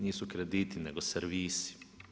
Nisu krediti, nego servisi.